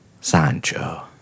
Sancho